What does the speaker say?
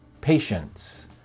patience